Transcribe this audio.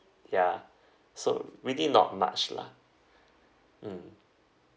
ya so really not much lah mm